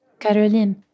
Caroline